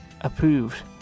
approved